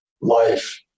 life